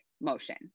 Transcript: motion